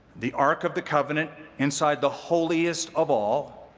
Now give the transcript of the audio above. the ark of the covenant inside the holiest of all.